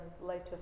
later